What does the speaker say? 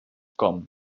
com